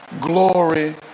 glory